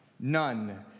None